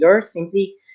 simply